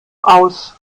aus